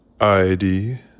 ID